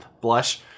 blush